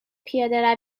پیاده